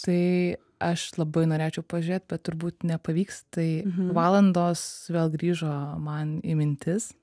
tai aš labai norėčiau pažiūrėt bet turbūt nepavyks tai valandos vėl grįžo man į mintis